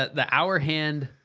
the the hour hand.